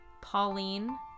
Pauline